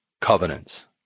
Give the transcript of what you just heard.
covenants